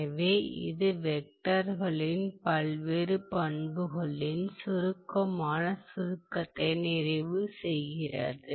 எனவே இது வெக்டர்களின் பல்வேறு பண்புகளின் சுருக்கமான சுருக்கத்தை நிறைவு செய்கிறது